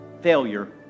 failure